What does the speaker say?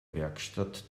werkstatt